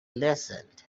listened